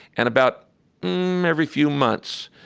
and about every few months,